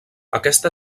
aquesta